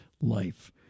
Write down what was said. life